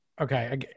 okay